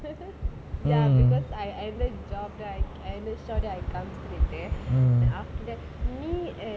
ya because I I another job dah and that I saw then after that me and